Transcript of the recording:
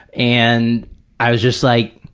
and i was just like,